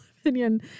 opinion